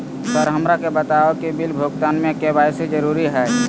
Sir हमरा के बताओ कि बिल भुगतान में के.वाई.सी जरूरी हाई?